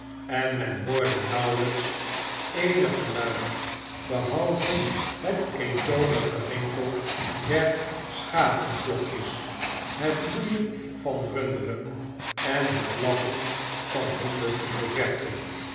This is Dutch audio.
en men hoorde nauwelijks eenig geluid behalve het eentonig getinkel der schapenklokjes het loeien van runderen en het blatten van honden in de verte